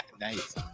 nice